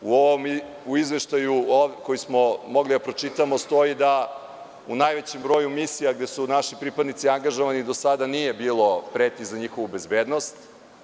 U izveštaju, koji smo mogli da pročitamo, stoji da u najvećem broju misija gde su naši pripadnici angažovani do sada nije bilo pretnji za njihovu bezbednost.